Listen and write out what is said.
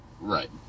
right